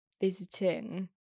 visiting